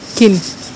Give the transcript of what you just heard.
kim